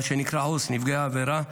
מה שנקרא עו"ס נפגעי עבירה,